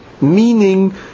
meaning